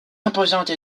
imposante